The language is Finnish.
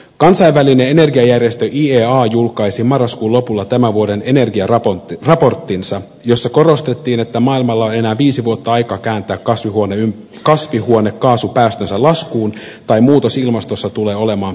kansainvälinen energiajärjestö iea julkaisi marraskuun lopulla tämän vuoden energiaraporttinsa jossa korostettiin että maailmalla on enää viisi vuotta aikaa kääntää kasvihuonekaasupäästönsä laskuun tai muutos ilmastossa tulee olemaan peruuttamaton